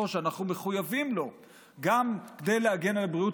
ואנחנו מחויבים לו גם כדי להגן על בריאות